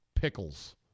pickles